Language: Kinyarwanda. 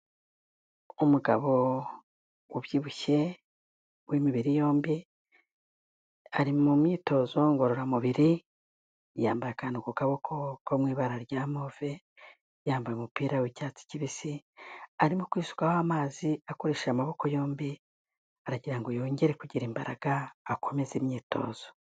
Umugabo ubyibushye w'imibiri yombi, ari mu myitozo ngororamubiri yambaye akantu ku kaboko ko mu ibara rya move, yambaye umupira w'icyatsi kibisi, arimo kwisukaho amazi akoreshe amaboko yombi, aragira ngo yongere kugira imbaraga akomeze imyitozo.